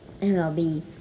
MLB